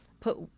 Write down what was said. put